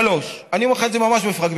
3. אני אומר לך את זה ממש בפרגמנטים,